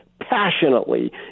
passionately